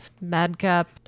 madcap